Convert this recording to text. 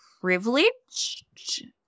privileged